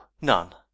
none